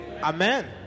Amen